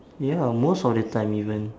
ya most of the time even